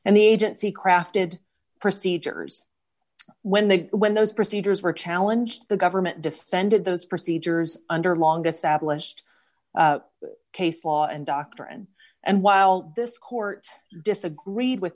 and the agency crafted procedures when they when those procedures were challenged the government defended those procedures under longest abolitionist case law and doctrine and while this court disagreed with